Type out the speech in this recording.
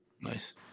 Nice